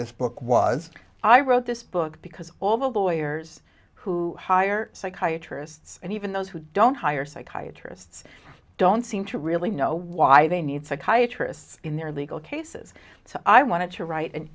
this book was i wrote this book because all the lawyers who hire psychiatrists and even those who don't hire psychiatrists don't seem to really know why they need psychiatrists in their legal cases so i want to write an